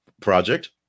project